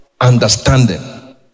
understanding